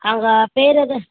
அவங்க பேர் எது